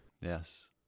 Yes